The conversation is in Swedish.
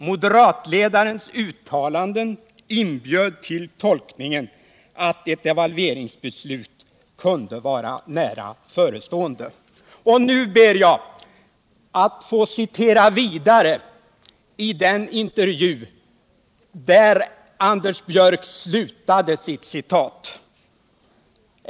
Moderatledarens uttalande inbjöd till tolkningen att ett devalveringsbeslut kunde vara nära förestående. Nu ber jag att få citera vidare ur intervjun, där Anders Björck slutade sitt citat.